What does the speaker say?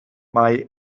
mai